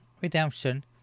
redemption